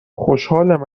خوشحالم